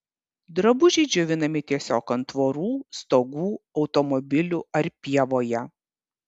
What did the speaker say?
drabužiai džiovinami tiesiog ant tvorų stogų automobilių ar pievoje